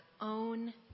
own